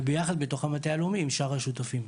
וביחד בתוך המטה הלאומי עם שאר השותפים.